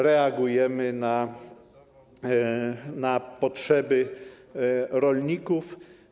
Reagujemy na potrzeby rolników.